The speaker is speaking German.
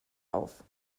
auf